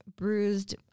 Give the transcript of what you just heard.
Bruised